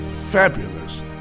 fabulous